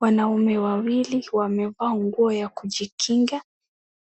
Wanaume wawili wamevaa nguo ya kujikinga